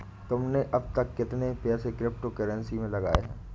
तुमने अब तक कितने पैसे क्रिप्टो कर्नसी में लगा दिए हैं?